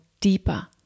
deeper